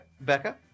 Becca